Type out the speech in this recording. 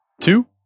two